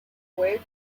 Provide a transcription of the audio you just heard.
wave